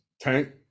Tank